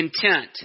content